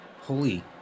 Holy